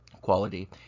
quality